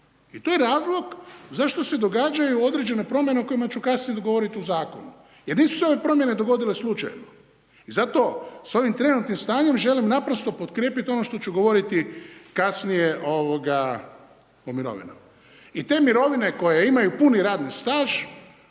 I to je razlog zašto se događaju određene promjene o kojima ću kasnije govoriti u zakonu, jer nisu se ove promjene dogodile slučajno. Zato, s ovim trenutnim stanjem želim naprosto potkrijepiti ono što ću govoriti kasnije, ovoga, o mirovinama. I te mirovine koje imaju puni radni staž,